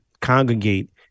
congregate